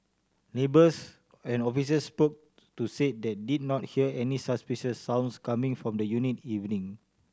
neighbours and officers spoke to said they did not hear any suspicious sounds coming from the unit evening